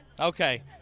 Okay